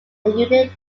supported